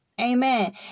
Amen